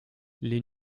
les